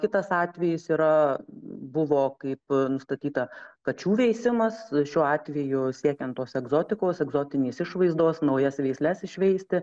kitas atvejis yra buvo kaip nustatyta kačių veisimas šiuo atveju siekiant tos egzotikos egzotinės išvaizdos naujas veisles išveisti